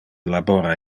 labora